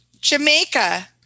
Jamaica